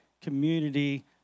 Community